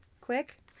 quick